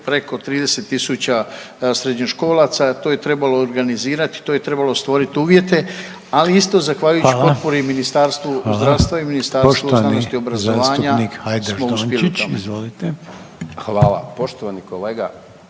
preko 30.000 srednjoškolaca, to je trebalo organizirati, to je trebalo stvoriti uvjete ali isto …/Upadica: Hvala./… zahvaljujući potpori i Ministarstvu zdravstva i Ministarstvu znanosti i obrazovanja smo uspjeli u tome. **Reiner,